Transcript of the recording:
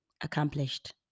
accomplished